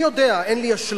אני יודע, אין לי אשליות.